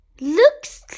looks